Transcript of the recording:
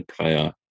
player